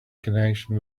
connection